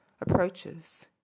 approaches